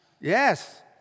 Yes